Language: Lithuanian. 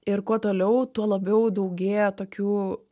ir kuo toliau tuo labiau daugėja tokių